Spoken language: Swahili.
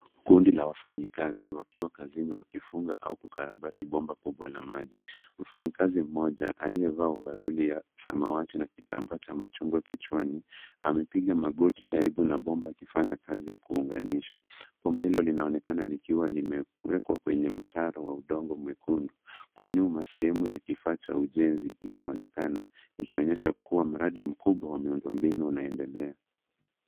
Kundi la wafanyakazi wakiwa kazini wakifunga au kukarabati bomba kubwa la maji. Mfanyakazi mmoja aliyevaa overalli ya samawati na kitambaa cha kichwani amepiga magoti karibu na bomba akifanya kazi ya kuunganisha. Bomba hilo linaonekana likiwa limewekwa kwenye mtaro wa udongo mwekundu. Kwa nyuma sehemu ya kifaa cha ujenzi inaonekana ikionyesha kuwa mradi mkubwa wa miundo mbinu inaendelea.